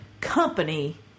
company